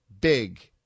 big